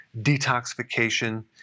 detoxification